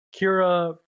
Kira